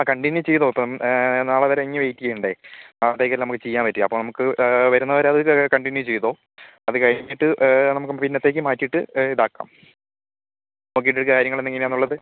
ആ കണ്ടിന്യൂ ചെയ്തോ ഇപ്പം നാളെ വരേ ഇനി വെയ്റ്റ് ചെയ്യണ്ടേ നാളത്തേക്കല്ലേ ഇപ്പം ചെയ്യാൻ പറ്റുക അപ്പം നമുക്ക് വരുന്നത് വരെ അത് കണ്ടിന്യൂ ചെയ്തോ അത് കഴിഞ്ഞിട്ട് നമുക്ക് പിന്നത്തേക്ക് മാറ്റിയിട്ട് ഇതാക്കാം നമുക്കിത് കാര്യങ്ങൾ എന്താ ഇങ്ങനെയാന്നുള്ളത്